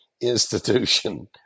Institution